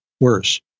worse